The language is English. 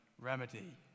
remedy